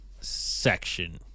section